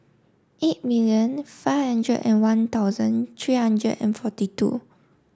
eight million five hundred and one thousand three hundred and forty two